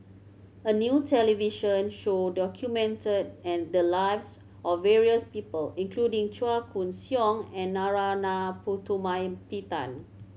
a new television show documented the lives of various people including Chua Koon Siong and Narana Putumaippittan